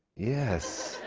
yes.